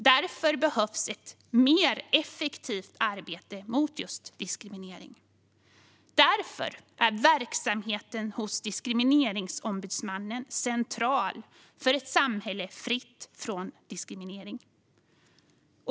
Därför behövs det ett mer effektivt arbete mot diskriminering. Därför är verksamheten hos Diskrimineringsombudsmannen central för ett samhälle fritt från diskriminering.